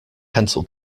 pencil